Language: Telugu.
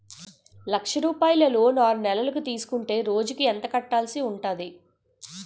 లక్ష రూపాయలు లోన్ ఆరునెలల కు తీసుకుంటే రోజుకి ఎంత కట్టాల్సి ఉంటాది?